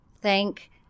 thank